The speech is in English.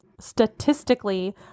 statistically